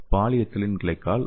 polyethylene glycol B